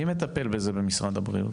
מי מטפל בזה במשרד הבריאות?